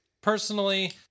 personally